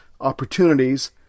opportunities